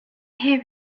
here